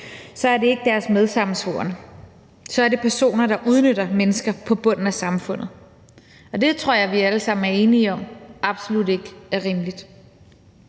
så er det ikke deres medsammensvorne, men så er det nogle personer, der udnytter mennesker på bunden af samfundet, og det tror jeg vi alle sammen er enige om absolut ikke er rimeligt.